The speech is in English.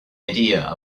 idea